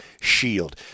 Shield